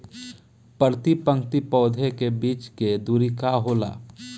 प्रति पंक्ति पौधे के बीच के दुरी का होला?